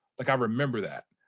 like, i remember that.